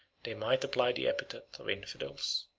they might apply the epithet of infidels.